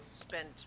spend